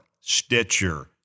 Stitcher